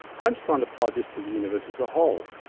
einstein applied this to the universe as a whole,